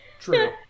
True